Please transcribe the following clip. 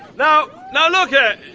now now look here,